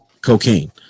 cocaine